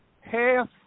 Half